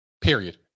period